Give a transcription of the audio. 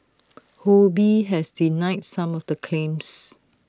ho bee has denied some of the claims